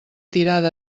tirada